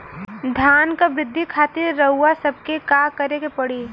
धान क वृद्धि खातिर रउआ सबके का करे के पड़ी?